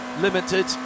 Limited